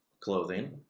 Clothing